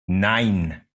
nein